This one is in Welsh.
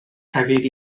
hefyd